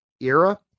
era